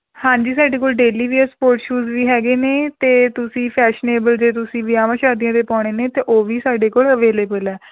ਹਾਂਜੀ ਸਾਡੇ ਕੋਲ ਡੇਲੀ ਵੇਅਰਸ ਸਪੋਰਟਸ ਸ਼ੂਜ਼ ਵੀ ਹੈਗੇ ਨੇ ਅਤੇ ਤੁਸੀਂ ਫੈਸ਼ਨੇਬਲ ਜੇ ਤੁਸੀਂ ਵਿਆਹਵਾਂ ਸ਼ਾਦੀਆਂ 'ਤੇ ਪਾਉਣੇ ਨੇ ਅਤੇ ਉਹ ਵੀ ਸਾਡੇ ਕੋਲ ਅਵੈਲੇਬਲ ਹੈ